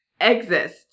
exist